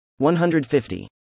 150